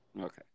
okay